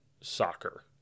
soccer